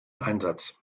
einsatz